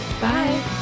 bye